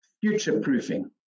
future-proofing